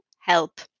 help